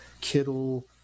Kittle